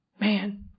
man